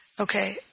Okay